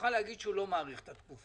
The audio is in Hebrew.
יוכל להגיד שהוא לא מאריך את התקופה,